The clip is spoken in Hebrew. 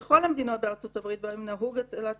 בכל המדינות בארצות-הברית בהן נהוגה הטלת